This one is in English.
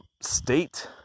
state